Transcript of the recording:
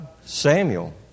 Samuel